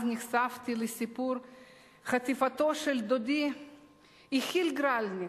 אז נחשפתי לסיפור חטיפתו של דודי יחיאל גרלניק,